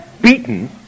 beaten